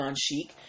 chic